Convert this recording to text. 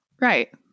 right